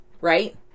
Right